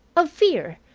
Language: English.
of fear.